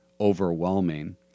overwhelming